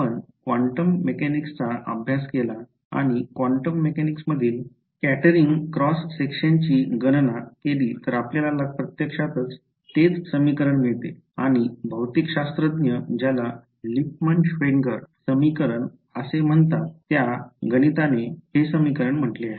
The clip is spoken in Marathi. आपण क्वांटम मेकॅनिक्सचा अभ्यास केला आणि क्वांटम मेकॅनिक्समधील स्कॅटरिंग क्रॉस सेक्शनची गणना केली तर आपल्याला प्रत्यक्षात तेच समीकरण मिळते आणि भौतिकशास्त्रज्ञ ज्याला लिपमन श्वेन्जर समीकरण असे म्हणतात त्या गणिताने हे समीकरण म्हटले आहे